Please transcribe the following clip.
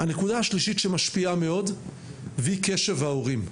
הנקודה השלישית שמשפיעה מאוד היא קשב ההורים.